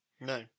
No